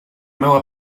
meua